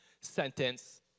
sentence